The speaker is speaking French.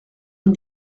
rue